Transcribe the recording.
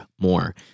more